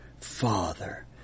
Father